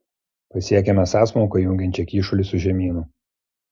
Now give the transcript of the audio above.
pasiekėme sąsmauką jungiančią kyšulį su žemynu